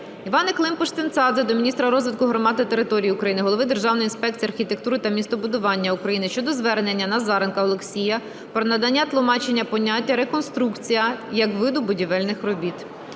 Іванни Климпуш-Цинцадзе до міністра розвитку громад та територій України, Голови Державної інспекції архітектури та містобудування України щодо звернення Назаренка Олексія про надання тлумачення поняття "реконструкція" як виду будівельних робіт.